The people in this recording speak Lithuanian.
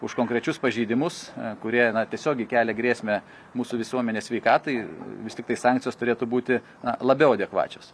už konkrečius pažeidimus kurie na tiesiogiai kelia grėsmę mūsų visuomenės sveikatai vis tiktai sankcijos turėtų būti na labiau adekvačios